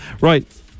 Right